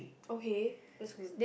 okay is good